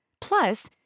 Plus